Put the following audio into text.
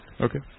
Okay